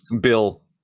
Bill